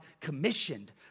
commissioned